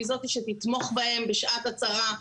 היא זאת שתתמוך בהם בשעת צרה.